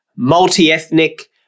multi-ethnic